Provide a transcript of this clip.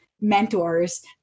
mentors